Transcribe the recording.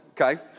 okay